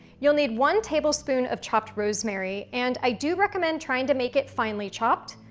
you'll need one tablespoon of chopped rosemary, and i do recommend trying to make it finely chopped,